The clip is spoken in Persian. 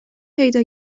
پیدا